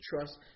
trust